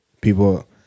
People